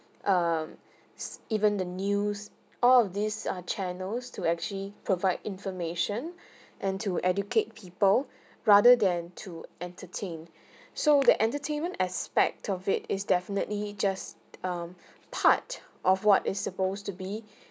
um s~ even the news all of these uh channels to actually provide information and to educate people rather than to entertain so the entertainment aspect of it is definitely just um part of what is supposed to be